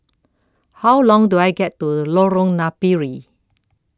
How Long Do I get to Lorong Napiri